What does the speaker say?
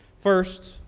First